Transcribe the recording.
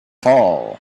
fall